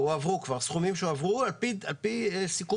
סכומים כבר עברו על-פי סיכומים.